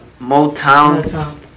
Motown